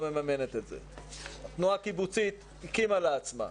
התנועה הקיבוצית הקימה לעצמה,